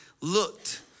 looked